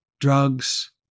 drugs